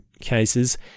cases